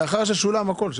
לאחר ששולם הכול.